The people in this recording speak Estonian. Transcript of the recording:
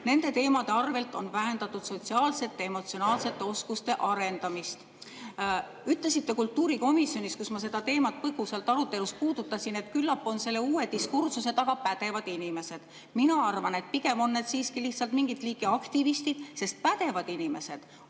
Nende teemade arvelt on vähendatud sotsiaalsete ja emotsionaalsete oskuste arendamist. Ütlesite kultuurikomisjonis, kus ma seda teemat põgusalt arutelus puudutasin, et küllap on selle uue diskursuse taga pädevad inimesed. Mina arvan, et pigem on need siiski lihtsalt mingit liiki aktivistid, sest pädevad inimesed,